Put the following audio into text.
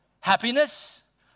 happiness